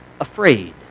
afraid